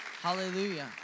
Hallelujah